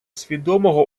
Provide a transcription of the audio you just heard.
свідомого